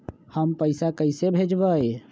हम पैसा कईसे भेजबई?